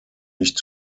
nicht